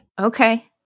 Okay